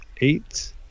eight